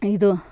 ಇದು